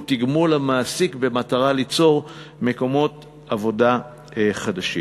הוא תגמול למעסיק במטרה ליצור מקומות עבודה חדשים.